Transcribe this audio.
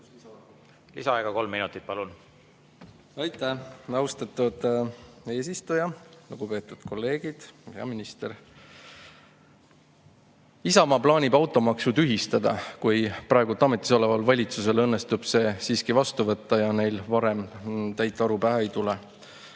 Tänan tähelepanu eest! Aitäh, austatud eesistuja! Lugupeetud kolleegid! Hea minister! Isamaa plaanib automaksu tühistada, kui praegu ametis oleval valitsusel õnnestub see siiski vastu võtta ja neil varem täit aru pähe ei tule.